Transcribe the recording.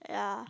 yeah